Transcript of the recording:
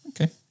Okay